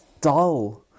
dull